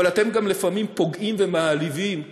אבל אתם גם פוגעים ומעליבים לפעמים.